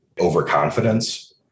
overconfidence